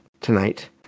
tonight